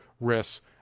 risks